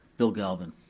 bill galvin.